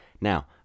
Now